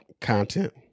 content